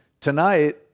tonight